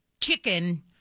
chicken